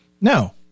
No